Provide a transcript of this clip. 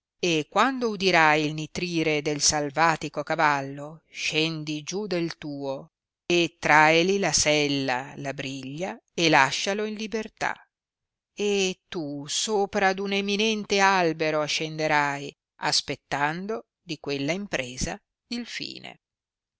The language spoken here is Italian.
e quando udirai il nitrire del salvatico cavallo scendi giù del tuo e traeli la sella la briglia e lascialo in libertà e tu sopra d un eminente albero ascenderai aspettando di quella impresa il fine